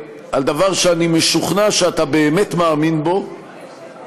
על דבר שאני משוכנע שאתה באמת מאמין בו